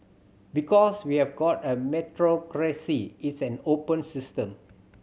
because we have got a meritocracy it's an open system